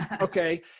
Okay